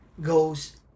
goes